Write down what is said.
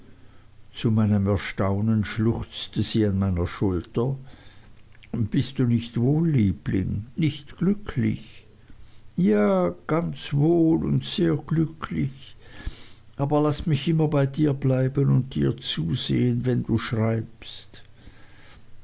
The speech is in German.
zu meinem erstaunen schluchzte sie an meiner schulter bist du nicht wohl liebling nicht glücklich ja ganz wohl und sehr glücklich aber laß mich immer bei dir bleiben und dir zusehen wenn du schreibst